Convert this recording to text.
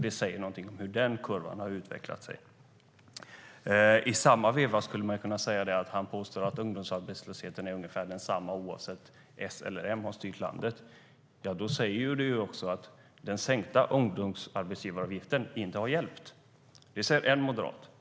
Det säger något om hur den kurvan har utvecklat sig. Detta säger en moderat.